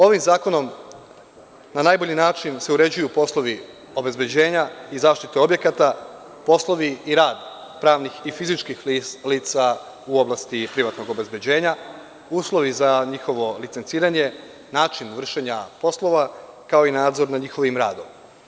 Ovim zakonom na najbolji način se uređuju poslovi obezbeđenja i zaštite objekata, poslovi i rad pravnih i fizičkih lica u oblasti privatnog obezbeđenja, uslovi za njihovo licenciranje, način vršenja poslova, kao i nadzor nad njihovim radom.